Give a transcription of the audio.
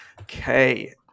Okay